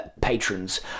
patrons